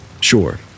Sure